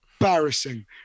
embarrassing